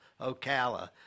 Ocala